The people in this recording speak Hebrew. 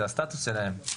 זה הסטטוס שלהם.